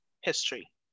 history